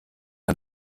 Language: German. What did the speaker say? man